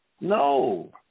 No